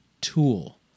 tool